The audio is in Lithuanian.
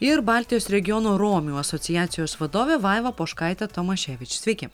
ir baltijos regiono romių asociacijos vadovė vaiva poškaitė tomaševič sveiki